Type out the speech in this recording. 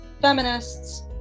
feminists